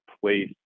place